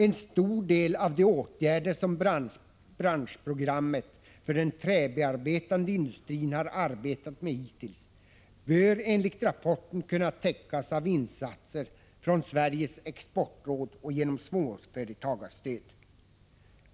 En stor del av de åtgärder som branschprogrammet för den träbearbetande industrin har arbetat med hittills bör enligt rapporten kunna täckas av insatser från Sveriges exportråd och genom småföretagarstöd.